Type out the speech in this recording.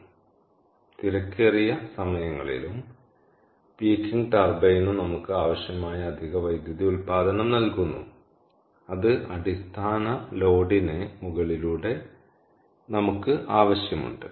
അതിനാൽ തിരക്കേറിയ സമയങ്ങളിലും പീക്കിംഗ് ടർബൈനും നമുക്ക് ആവശ്യമായ അധിക വൈദ്യുതി ഉത്പാദനം നൽകുന്നു അത് അടിസ്ഥാന ലോഡിന് മുകളിലൂടെ നമുക്ക് ആവശ്യമുണ്ട്